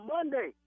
Monday